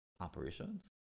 Operations